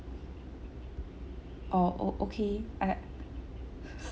orh oh okay I